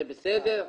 זה בסדר,